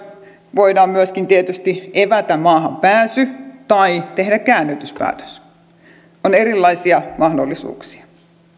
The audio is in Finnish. voidaan myöskin tietysti evätä maahanpääsy tai tehdä käännytyspäätös on erilaisia mahdollisuuksia